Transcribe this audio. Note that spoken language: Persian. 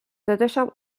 داداشم